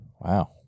Wow